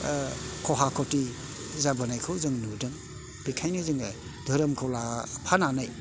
खहा खथि जाबोनायखौ जों नुदों बेखायनो जोङो धोरोमखौ लाफानानै